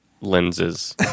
lenses